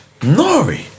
Nori